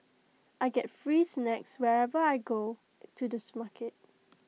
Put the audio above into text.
I get free snacks wherever I go to the supermarket